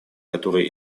которые